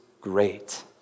great